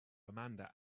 amanda